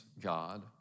God